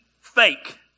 fake